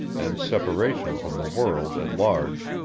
and separation from the world at large,